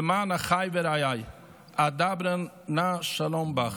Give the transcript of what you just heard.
למען אַחַי וְרֵעָי אדברה-נא שלום בָּךְ".